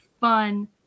fun